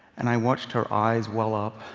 and i watched her eyes well up,